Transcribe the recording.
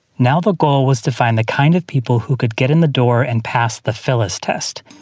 now, the goal was to find the kind of people who could get in the door and pass the phyllis test.